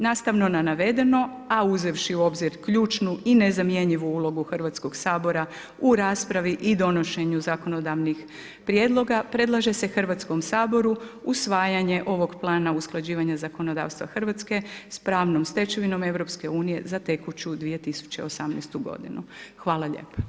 Nastavno na navedeno, a uzevši u obzir ključnu i nezamjenjivo ulogu Hrvatskog sabora, u raspravi i donošenju zakonodavnih prijedloga, predlaže se Hrvatskom saboru, usvajanje ovog plana usklađivanje zakonodavstva Hrvatske s pravnom stečevinom EU, za tekuću 2018. g. Hvala lijepo.